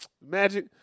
magic